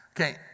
Okay